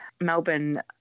Melbourne